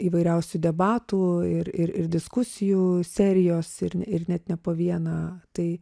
įvairiausių debatų ir ir ir diskusijų serijos ir ir net ne po vieną tai